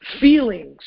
feelings